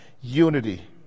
unity